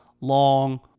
long